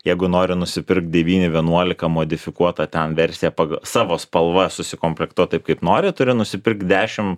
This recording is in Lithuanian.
jeigu nori nusipirkt devyni vienuolika modifikuotą ten versiją pagal savo spalva susikomplektuot taip kaip nori turi nusipirkt dešimt